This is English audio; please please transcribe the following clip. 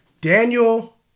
Daniel